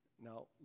Now